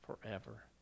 forever